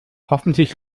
hoffentlich